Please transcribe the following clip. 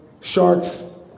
sharks